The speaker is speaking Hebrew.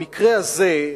במקרה הזה,